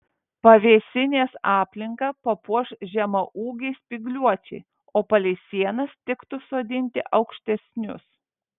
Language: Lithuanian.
pavėsinės aplinką papuoš žemaūgiai spygliuočiai o palei sienas tiktų sodinti aukštesnius